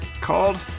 called